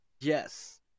yes